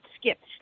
skipped